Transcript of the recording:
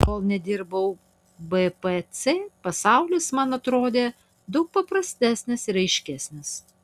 kol nedirbau bpc pasaulis man atrodė daug paprastesnis ir aiškesnis